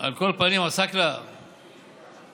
על כל פנים, עסאקלה, עסאקלה,